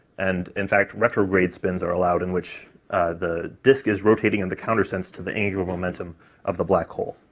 and, in fact, retrograde spins are allowed, in which the disk is rotating in the counter sense to the angular momentum of the black hole.